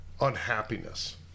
unhappiness